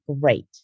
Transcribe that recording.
great